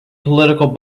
political